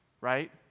right